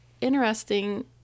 interesting